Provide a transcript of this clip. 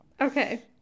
okay